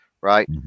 right